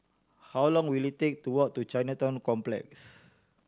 how long will it take to walk to Chinatown Complex